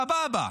סבבה.